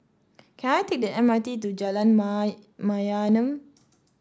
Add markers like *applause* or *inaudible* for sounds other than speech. can I take the M R T to Jalan *unintelligible* Mayaanam